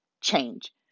change